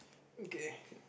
okay